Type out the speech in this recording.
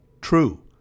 true